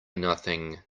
nothing